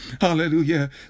Hallelujah